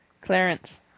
Clarence